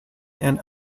and